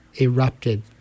erupted